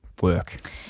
work